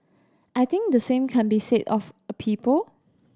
I think the same can be said of a people